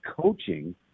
coaching